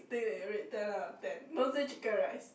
thing that you will rate ten out of ten don't say chicken rice